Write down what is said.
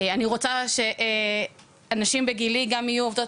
אני רוצה שנשים בגילי גם יהיו עובדות